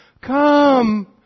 come